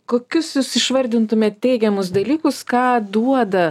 kokius jūs išvardintumėt teigiamus dalykus ką duoda